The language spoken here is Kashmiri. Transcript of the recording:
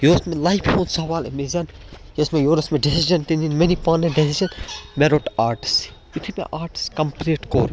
یہِ اوس مےٚ لایفہِ ہُنٛد سوال اَمہِ وِزَن یَس مےٚ یورٕ مےٚ ڈیٚسِجن تہِ نِنۍ مےٚ نی پانَے ڈیٚسِجن مےٚ روٚٹ آٹٕس یُتھٕے مےٚ آٹٕس کَمپٕلیٖٹ کوٚر